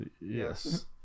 Yes